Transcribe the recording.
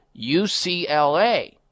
ucla